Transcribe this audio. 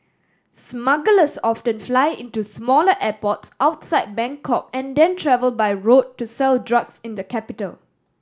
smugglers often fly into smaller airports outside Bangkok and then travel by road to sell drugs in the capital